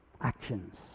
actions